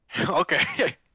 okay